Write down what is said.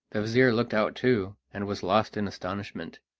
the vizir looked out too, and was lost in astonishment.